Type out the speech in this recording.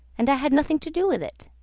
and i had nothing to do with it